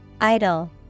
Idle